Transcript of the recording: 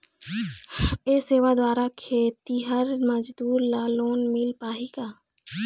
ये सेवा द्वारा खेतीहर मजदूर ला लोन मिल पाही का?